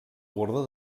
guardó